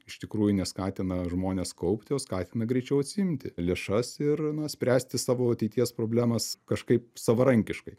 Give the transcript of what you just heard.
iš tikrųjų ne skatina žmones kaupti o skatina greičiau atsiimti lėšas ir na spręsti savo ateities problemas kažkaip savarankiškai